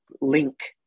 link